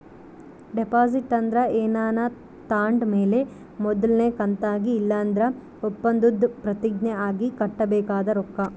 deposit ಅಂದ್ರ ಏನಾನ ತಾಂಡ್ ಮೇಲೆ ಮೊದಲ್ನೇ ಕಂತಾಗಿ ಇಲ್ಲಂದ್ರ ಒಪ್ಪಂದುದ್ ಪ್ರತಿಜ್ಞೆ ಆಗಿ ಕಟ್ಟಬೇಕಾದ ರೊಕ್ಕ